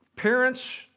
Parents